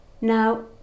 now